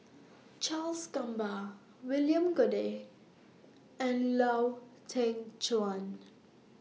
Charles Gamba William Goode and Lau Teng Chuan